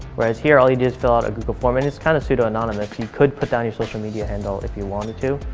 whereas here, all you do is fill out a google form. and it's kind of pseudo anonymous, you could put down your social media handle if you wanted to,